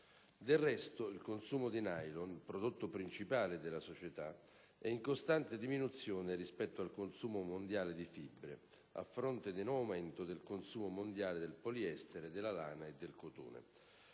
Del resto, il consumo di nylon, prodotto principale della società, è in costante diminuzione rispetto al consumo mondiale di fibre (a fronte di un aumento del consumo mondiale del poliestere, della lana e del cotone).